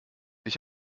ich